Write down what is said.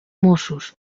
mossos